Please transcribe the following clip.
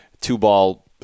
two-ball